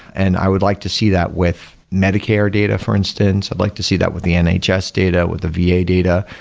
and i would like to see that with medicare data, for instance. i'd like to see that with the and nhs data, with the va yeah data,